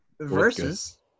Versus